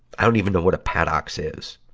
i don't even know what a paddocks is.